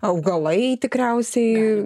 augalai tikriausiai